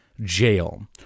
jail